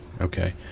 Okay